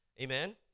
Amen